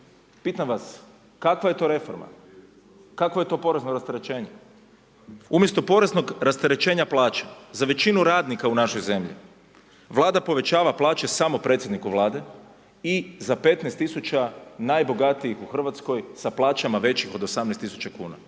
Pitam vas kakva je to reforma? Kakvo je to porezno rasterećenje? Umjesto poreznog rasterećenja plaća za većinu radnika u našoj zemlji, Vlada povećava plaće samo predsjedniku Vlade i za 15.000 najbogatijih u Hrvatskoj sa plaćama većim od 18.000 kuna.